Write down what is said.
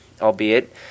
albeit